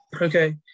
Okay